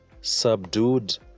subdued